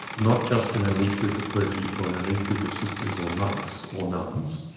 not just an elite group of clergy or an elite group of sisters or monks, or nuns,